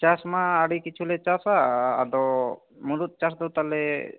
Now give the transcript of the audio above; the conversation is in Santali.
ᱪᱟᱥᱢᱟ ᱟᱹᱰᱤ ᱠᱤᱪᱷᱩ ᱞᱮ ᱪᱟᱥᱟ ᱟᱫᱚ ᱢᱩᱲᱩᱫ ᱪᱟᱥ ᱫᱚ ᱛᱟᱞᱮ